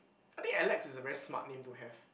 I think Alex is a very smart name to have